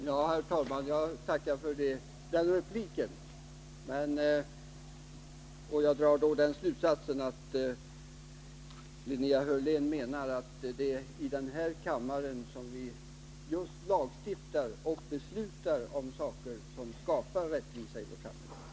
Herr talman! Jag tackar för den repliken. Jag drar den slutsatsen att Linnea Hörlén menar att det är i denna kammare som vi lagstiftar och beslutar om sådant som skapar rättvisa i vårt samhälle.